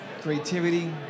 creativity